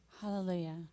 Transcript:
Hallelujah